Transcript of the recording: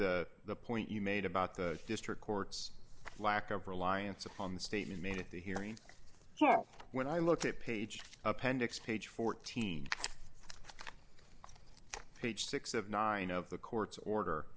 to the point you made about the district court's lack of reliance upon the statement made at the hearing here when i looked at page appendix page fourteen page six of nine of the court's order